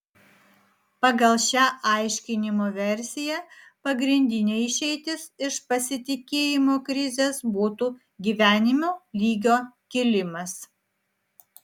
pagal šią aiškinimo versiją pagrindinė išeitis iš pasitikėjimo krizės būtų gyvenimo lygio kilimas